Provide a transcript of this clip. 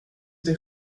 det